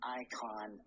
icon